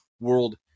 World